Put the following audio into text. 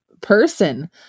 person